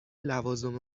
لوازم